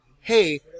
hey